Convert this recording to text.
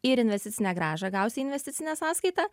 ir investicinę grąžą gausi į investicinę sąskaitą